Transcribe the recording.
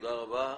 תודה רבה.